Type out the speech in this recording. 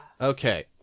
Okay